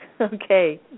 Okay